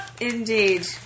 Indeed